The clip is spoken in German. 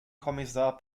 kommissar